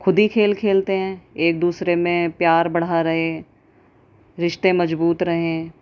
خود ہی کھیل کھیلتے ہیں ایک دوسرے میں پیار بڑھا رہے رشتے مضبوط رہیں